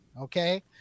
okay